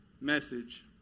message